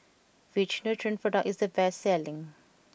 which Nutren product is the best selling